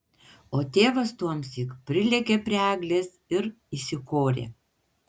o tėvas tuomsyk prilėkė prie eglės ir įsikorė